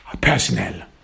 personnel